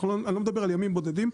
אני לא מדבר על ימים בודדים,